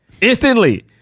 instantly